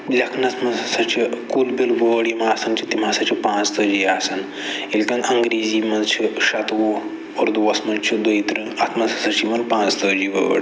لیٚکھنَس مَنٛز ہَسا چھِ قُل بِل وٲڈ یِم آسان چھِ تِم ہَسا چھِ پانٛژتٲجی آسان ییٚلہِ تَن انگریٖزی مَنٛز چھِ شَتوُہ اُردُوٗوَس مَنٛز چھِ دۄیہِ ترٕہ اتھ مَنٛز ہَسا چھِ یِوان پانٛژتٲجی وٲڈ